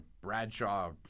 Bradshaw